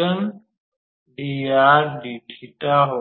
होगा